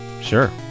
Sure